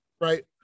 right